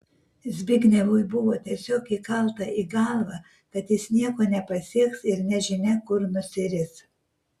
zbignevui buvo tiesiog įkalta į galvą kad jis nieko nepasieks ir nežinia kur nusiris